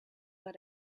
but